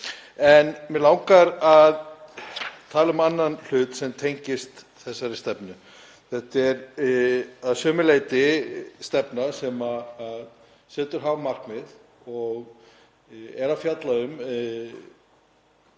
En mig langar að tala um annan hlut sem tengist þessari stefnu. Þetta er að sumu leyti stefna sem setur háleit markmið og er að fjalla um